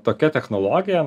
tokia technologija